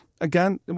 again